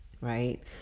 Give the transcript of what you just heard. right